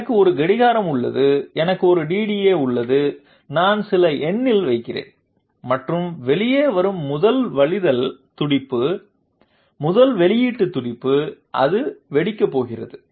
எனக்கு ஒரு கடிகாரம் உள்ளது எனக்கு ஒரு DDA உள்ளது நான் சில எண்ணில் வைக்கிறேன் மற்றும் வெளியே வரும் முதல் வழிதல் துடிப்பு முதல் வெளியீட்டு துடிப்பு அது வெடிக்கப் போகிறது